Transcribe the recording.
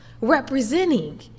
representing